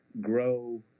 grow